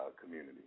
community